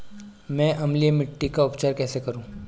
मैं अम्लीय मिट्टी का उपचार कैसे करूं?